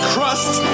Crust